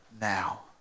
now